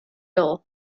all